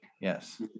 Yes